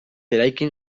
eraikin